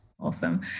Awesome